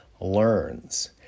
learns